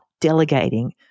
delegating